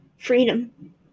freedom